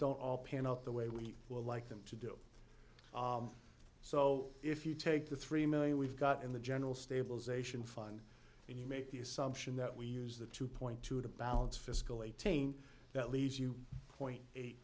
don't all pan out the way we will like them to do so if you take the three million we've got in the general stabilization fund and you make the assumption that we use the two point two to balance fiscal eighteen that leads you point eight